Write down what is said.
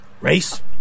Race